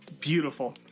beautiful